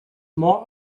more